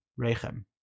rechem